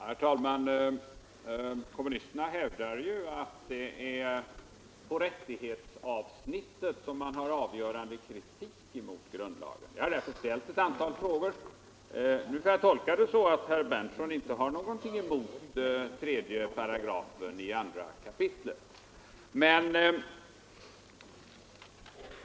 Herr talman! Kommunisterna hävdar ju att det är på rättighetsavsnittet som de har avgörande kritik mot grundlagsförslaget. Jag har därför ställt ett antal frågor, och nu kan jag tolka herr Berndtsons svar så, att han inte har någonting emot 2 kap. 3 §.